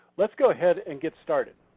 let's go ahead and get started.